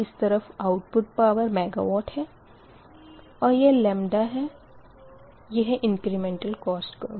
इस तरफ़ output power MW है और यह है और यह इंक्रिमेंटल कोस्ट कर्व